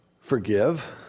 forgive